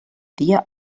dia